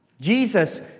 Jesus